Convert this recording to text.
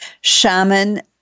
Shaman